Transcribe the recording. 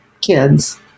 kids